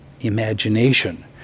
imagination